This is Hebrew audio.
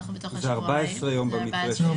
זה 14 יום במקרה הזה.